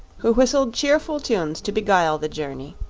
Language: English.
who whistled cheerful tunes to beguile the journey,